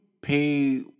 pay